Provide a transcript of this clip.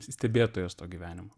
stebėtojas to gyvenimo